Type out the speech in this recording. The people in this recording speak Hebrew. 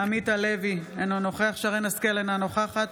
עמית הלוי, אינו נוכח שרן מרים השכל, אינה נוכחת